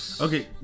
Okay